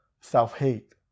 self-hate